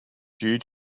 due